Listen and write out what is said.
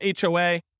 HOA